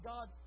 God